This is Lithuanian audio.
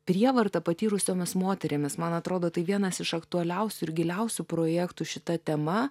prievartą patyrusiomis moterimis man atrodo tai vienas iš aktualiausių ir giliausių projektų šita tema